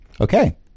Okay